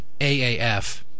AAF